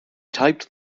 typed